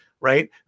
right